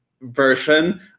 version